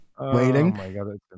waiting